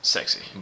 Sexy